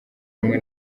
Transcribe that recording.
rumwe